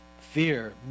fear